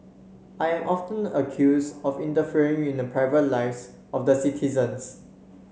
I am often accuse of interfering in the private lives of citizens